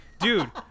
Dude